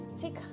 Take